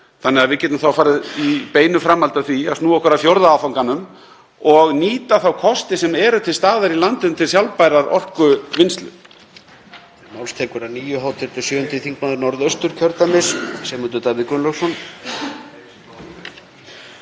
þannig að við getum þá farið í beinu framhaldi af því að snúa okkur að fjórða áfanganum og nýta þá kosti sem eru til staðar í landinu til sjálfbærrar orkuvinnslu.